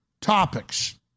topics